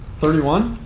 thirty one?